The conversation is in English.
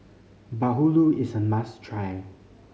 bahulu is a must try